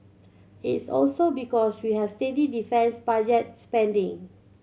it's also because we have steady defence budget spending